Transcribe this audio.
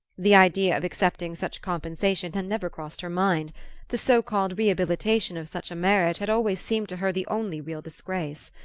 the idea of accepting such compensation had never crossed her mind the so-called rehabilitation of such a marriage had always seemed to her the only real disgrace.